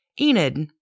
Enid